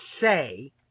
say